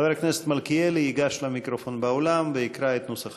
חבר הכנסת מלכיאלי ייגש למיקרופון באולם ויקרא את נוסח